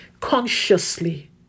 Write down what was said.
consciously